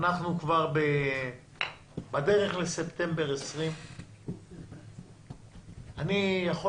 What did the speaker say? אנחנו כבר בדרך לספטמבר 2020. אני יכול